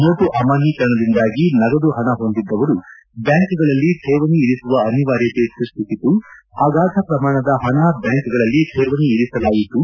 note ಅಮಾನ್ದೀಕರಣದಿಂದಾಗಿ ನಗದು ಹಣ ಹೊಂದಿದ್ದವರು ಬ್ಯಾಂಕ್ಗಳಲ್ಲಿ ಠೇವಣಿ ಇರಿಸುವ ಅನಿವಾರ್ಯತೆ ಸೃಷ್ಷಿಸಿತು ಅಗಾಧ ಪ್ರಮಾಣದ ಪಣ ಬ್ಯಾಂಕ್ಗಳಲ್ಲಿ ಕೇವಣಿ ಇರಿಸಲಾಯಿತು